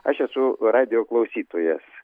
aš esu radijo klausytojas